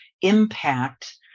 impact